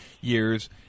years